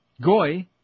Goy